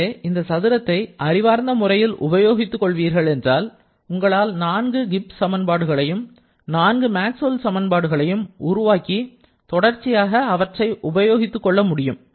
எனவே இந்த சதுரத்தை அறிவார்ந்த முறையில் உபயோகித்து எண்கள் என்றால் உங்களால் நாங்கு கிப்ஸ் சமன்பாடுகளையும் நான்கு மேக்ஸ்வெல் சமன்பாடுகளையும் உருவாக்கி தொடர்ச்சியாக அவற்றை உபயோகித்து கொள்ள முடியும்